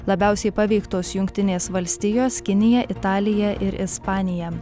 labiausiai paveiktos jungtinės valstijos kinija italija ir ispanija